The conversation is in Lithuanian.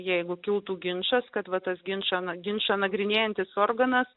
jeigu kiltų ginčas kad va tas ginčą ginčą nagrinėjantis organas